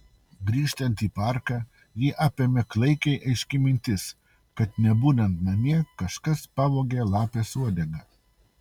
grįžtant į parką jį apėmė klaikiai aiški mintis kad nebūnant namie kažkas pavogė lapės uodegą